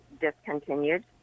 discontinued